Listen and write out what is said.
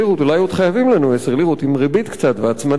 אולי עוד חייבים לנו 10 לירות עם ריבית קצת והצמדה?